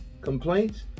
complaints